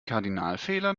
kardinalfehler